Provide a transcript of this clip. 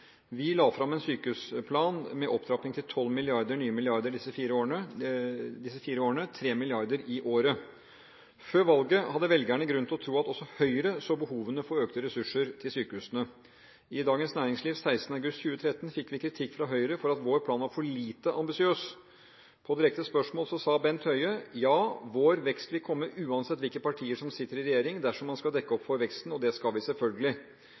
Vi la fram en sykehusplan med opptrapping til nye 12 mrd. kr disse fire årene – 3 mrd. kr i året. Før valget hadde velgerne grunn til å tro at også Høyre så behovene for økte ressurser i sykehusene. I Dagens Næringsliv 16. august 2013 fikk vi kritikk fra Høyre for at vår plan var for lite ambisiøs. På direkte spørsmål om veksten sa Bent Høie: «Ja, den vil komme uansett hvilke partier som sitter i regjering, dersom man skal dekke opp for veksten, og det skal vi selvfølgelig.»